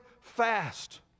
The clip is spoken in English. fast